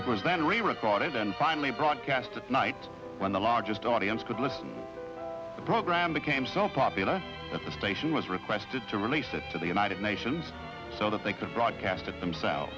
it was then we recorded and finally broadcast that night when the largest audience could live the program became so popular that the station was requested to release it to the united nations so that they can broadcast it themselves